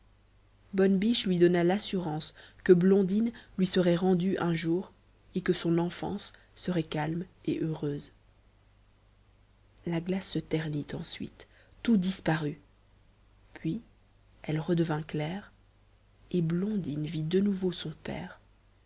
bonne biche lui donna l'assurance que blondine lui serait rendue un jour et que son enfance serait calme et heureuse la glace se ternit ensuite tout disparut puis elle redevint claire et blondine vit de nouveau son père